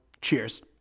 Cheers